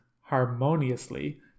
harmoniously